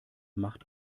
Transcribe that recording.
macht